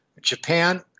Japan